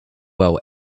well